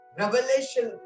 revelation